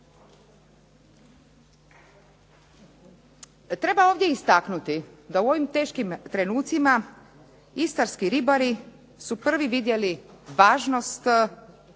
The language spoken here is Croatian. Treba ovdje istaknuti da u ovim teškim trenucima istarski ribari su prvi vidjeli važnost